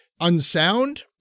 unsound